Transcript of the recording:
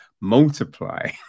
multiply